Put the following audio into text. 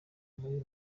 muri